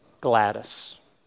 Gladys